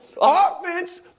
Offense